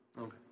Okay